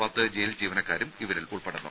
പത്ത് ജയിൽ ജീവനക്കാരും ഇവരിൽ ഉൾപ്പെടുന്നു